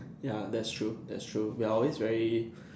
ya that's true that's true we are always very